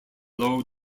low